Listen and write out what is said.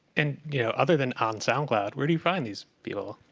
and, you know, other than on soundcloud, where do you find these people?